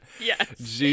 Yes